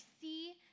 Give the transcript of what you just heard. see